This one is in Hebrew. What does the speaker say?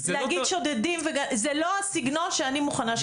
להגיד שודדים זה לא הסגנון שאני מוכנה שיתנהל פה.